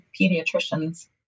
pediatricians